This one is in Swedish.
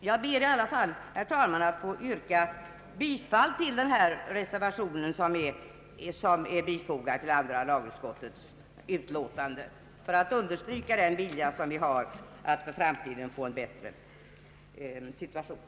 Jag ber i alla fall, herr talman, att få yrka bifall till reservationen, som är fogad till andra lagutskottets utlåtande, för att understryka riksdagens vilja att för framtiden få en bättre ordning.